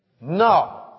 No